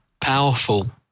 powerful